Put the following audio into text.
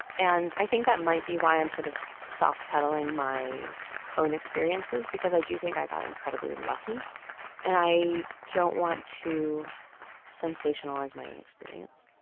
and i think that might be why i'm sort of soft pedaling my own experiences, because i do think i got incredibly lucky and i don't want to sensationalize my own experience.